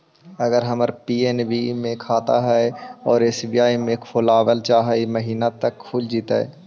अगर हमर पी.एन.बी मे खाता है और एस.बी.आई में खोलाबल चाह महिना त का खुलतै?